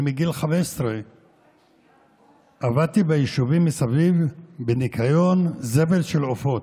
אני מגיל 15 עבדתי ביישובים מסביב בניקיון זבל של עופות,